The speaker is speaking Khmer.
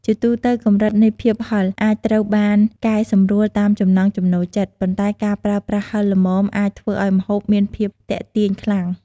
ជាទូទៅ កម្រិតនៃភាពហឹរអាចត្រូវបានកែសម្រួលតាមចំណង់ចំណូលចិត្ត ប៉ុន្តែការប្រើប្រាស់ហឹរល្មមអាចធ្វើឱ្យម្ហូបមានភាពទាក់ទាញខ្លាំង។